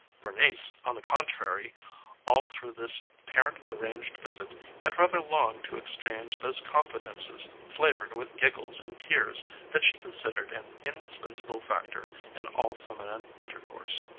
bernice on the contrary all through this parent-arranged visit had rather longed to exchange those confidences flavored with giggles and tears that she considered an indispensable factor in all feminine intercourse.